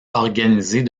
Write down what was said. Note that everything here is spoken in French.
organisées